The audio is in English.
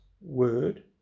word